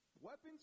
weapons